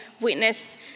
witness